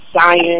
science